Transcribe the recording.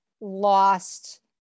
lost